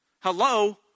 Hello